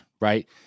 right